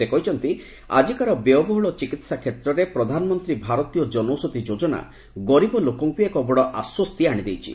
ସେ କହିଛନ୍ତି ଆଜିକାର ବ୍ୟୟବହ୍ରଳ ଚିକିତ୍ସା କ୍ଷେତ୍ରରେ ପ୍ରଧାନମନ୍ତ୍ରୀ ଭାରତୀୟ ଜନୌଷଧ୍ୟ ଯୋଜନା ଗରିବ ଲୋକଙ୍କୁ ଏକ ବଡ ଆଶ୍ୱସ୍ତି ଆଶିଦେଇଛି